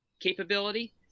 capability